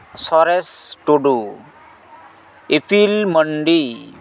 ᱥᱚᱨᱮᱥ ᱴᱩᱰᱩ ᱤᱯᱤᱞ ᱢᱟᱱᱰᱤ